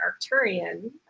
Arcturian